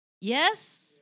Yes